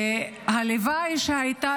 והלוואי שהייתה